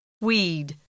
Weed